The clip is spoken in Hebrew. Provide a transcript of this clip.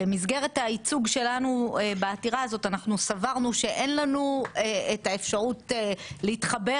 במסגרת הייצוג שלנו בעתירה הזאת סברנו שאין לנו את האפשרות להתחבר